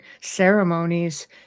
ceremonies